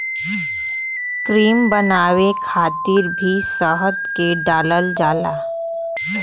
cream बनावे खातिर भी शहद के डालल जाला